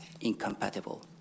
incompatible